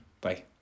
Bye